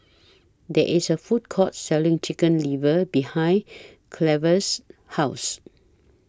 There IS A Food Court Selling Chicken Liver behind Cleve's House